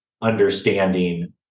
understanding